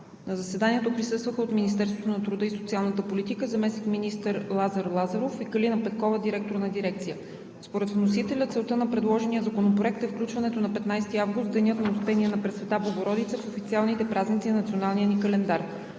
На заседанието присъстваха от Министерството на труда и социалната политика заместник-министър Лазар Лазаров и Калина Петкова – директор на дирекция. Според вносителя целта на предложения законопроект е включването на 15 август, Денят на Успение на Пресвета Богородица, в официалните празници на националния ни календар.